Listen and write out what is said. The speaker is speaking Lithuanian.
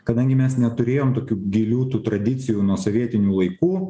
kadangi mes neturėjom tokių gilių tų tradicijų nuo sovietinių laikų